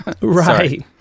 Right